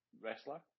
wrestler